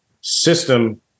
system